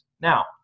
Now